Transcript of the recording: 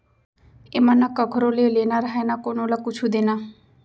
एमा न कखरो ले लेना रहय न कोनो ल कुछु देना